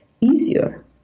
easier